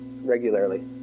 regularly